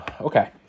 Okay